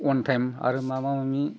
अवान time आरो माबा माबि